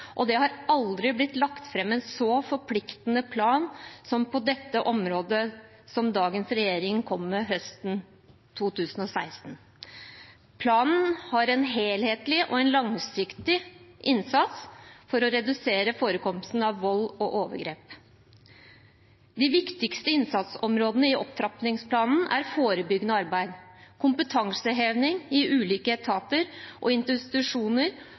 og det har aldri blitt lagt fram en så forpliktende plan på dette området som dagens regjering kom med høsten 2016. Planen har en helhetlig og langsiktig innsats for å redusere forekomsten av vold og overgrep. De viktigste innsatsområdene i opptrappingsplanen er forebyggende arbeid, kompetanseheving i ulike etater og institusjoner